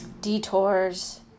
detours